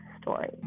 story